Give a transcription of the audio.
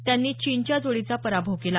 त्यांनी चीनच्या जोडीचा पराभव केला